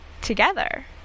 together